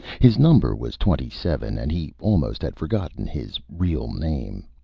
his number was twenty seven, and he almost had forgotten his real name.